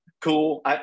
cool